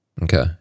Okay